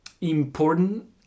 important